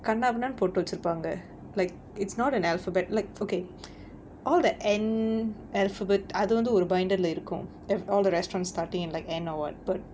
கண்ணா பின்னானு போட்டு வச்சிருப்பாங்க:kannaa pinnaanu pottu vachiruppaanga like it's not in alphabet like okay all that and alphabet அது வந்து ஒரு:athu vanthu oru binder leh இருக்கும்:irukkum all the restaurants starting with like N or what but